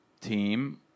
team